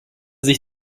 sich